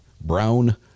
brown